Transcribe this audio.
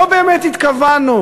לא באמת התכוונו,